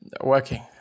working